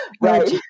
right